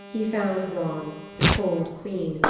he found ran, the cold queen,